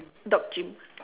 dog chimp